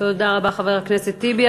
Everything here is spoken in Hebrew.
תודה רבה, חבר הכנסת טיבי.